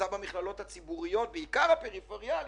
בעיקר הפריפריאליות.